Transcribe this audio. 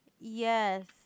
Yes